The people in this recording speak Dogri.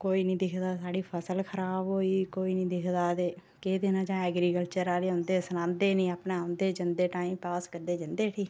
कोई नी दिखदा स्हाड़ी फसल खराब होई गेई कोई नी दिखदा ते केह् देना जां एग्रीकल्चर आह्ले आंदे सनां दे नी अपने आंदे जंदे टाइम पास करियै जंदे उठी